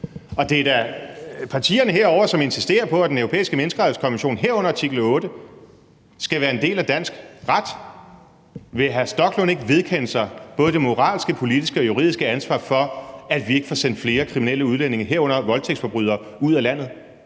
og det er da partierne ovre i venstre side, som insisterer på, at Den Europæiske Menneskerettighedskonvention, herunder artikel otte, skal være en del af dansk ret. Vil hr. Rasmus Stoklund ikke vedkende sig både det moralske, politiske og juridiske ansvar for, at vi ikke får sendt flere kriminelle udlændinge, herunder voldtægtsforbrydere, ud af landet?